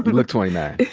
but look twenty nine.